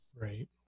Right